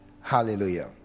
Hallelujah